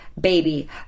baby